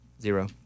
Zero